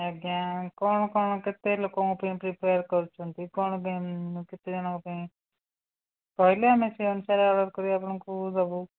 ଆଜ୍ଞା କ'ଣ କ'ଣ କେତେ ଲୋକଙ୍କ ପାଇଁ ପ୍ରିପେୟାର କରୁଛନ୍ତି କ'ଣ ପାଇଁ କେତେ ଜଣଙ୍କ ପାଇଁ କହିଲେ ଆମେ ସେଇ ଅନୁସାରେ ଅର୍ଡ଼ର କରି ଆପଣଙ୍କୁ ଦେବୁ